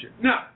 No